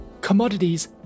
Commodities